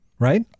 Right